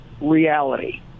reality